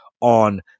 on